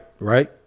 right